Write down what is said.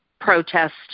protest